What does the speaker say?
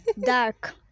Dark